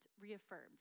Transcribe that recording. reaffirmed